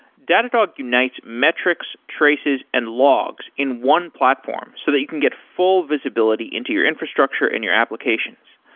datadog unites metrics, traces and logs in one platform so that you can get full visibility into your infrastructure and your applications.